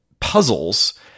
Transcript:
puzzles